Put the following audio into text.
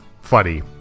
funny